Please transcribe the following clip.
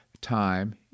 time